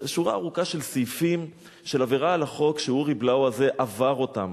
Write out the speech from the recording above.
שורה ארוכה של סעיפים של עבירה על החוק שאורי בלאו הזה עבר אותם.